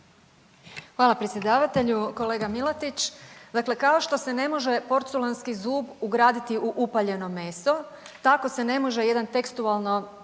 Hvala predsjedavatelju. Kolega Milatić, dakle kao što se ne može porculanski zub ugraditi u upaljeno meso tako se ne može jedan tekstualno